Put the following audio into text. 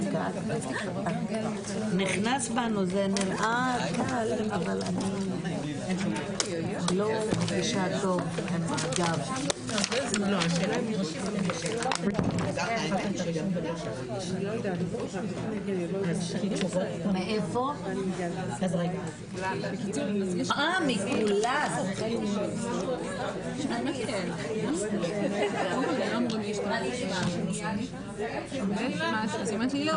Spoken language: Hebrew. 13:40.